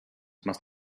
must